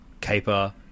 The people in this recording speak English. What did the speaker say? caper